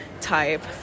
type